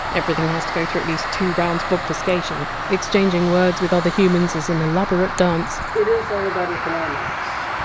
everything has to go through at least two rounds of obfuscation. exchanging words with other humans is an elaborate dance it is all about economics,